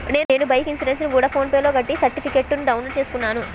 నేను బైకు ఇన్సురెన్సుని గూడా ఫోన్ పే లోనే కట్టి సర్టిఫికేట్టుని డౌన్ లోడు చేసుకున్నాను